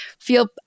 feel –